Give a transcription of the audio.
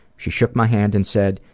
she shook my hand and said,